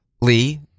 Lee